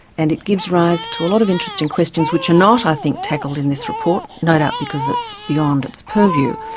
and it gives rise to a lot of interesting questions which are not, i think, tackled in this report, no doubt because it's beyond its purview,